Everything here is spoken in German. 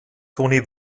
tony